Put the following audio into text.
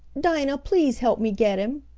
dinah, please help me get him!